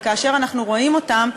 וכאשר אנחנו רואים אותם,